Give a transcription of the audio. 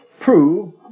prove